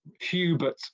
Hubert